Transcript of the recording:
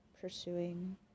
pursuing